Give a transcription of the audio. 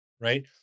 right